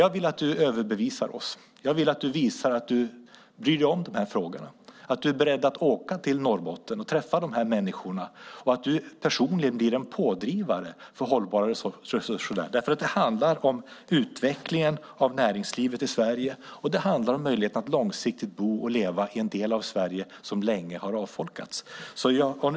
Jag vill att du överbevisar oss - att du visar att du bryr dig om de här frågorna, att du är beredd att åka till Norrbotten och träffa de här människorna och att du personligen blir en pådrivare för hållbara resurser där. Det handlar om utvecklingen av näringslivet i Sverige och om möjligheten att långsiktigt bo och leva i en del av Sverige som länge har avfolkats.